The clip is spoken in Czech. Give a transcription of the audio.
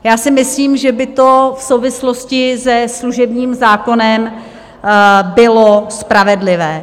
Já si myslím, že by to v souvislosti se služebním zákonem bylo spravedlivé.